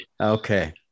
Okay